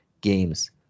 games